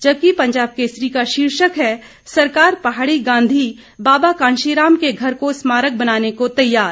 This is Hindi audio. जबकि पंजाब केसरी का शीर्षक है सरकार पहाड़ी गांधी बाबा कांशी राम के घर को स्मारक बनाने को तैयार